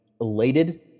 elated